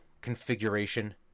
configuration